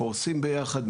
פורסים ביחד,